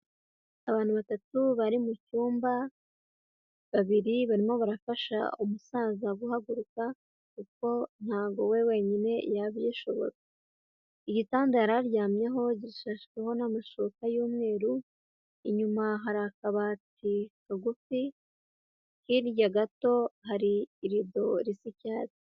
Abantu batatu bari mu cyumba babiri barimo barafasha umusaza guhaguruka kuko ntabwo we we wenyine yabyishoboza igitanda yari aryamyeho gishashweho n'amashuka y'umweru inyuma hari akabati kagufi hirya gato hari ilido risa icyatsi.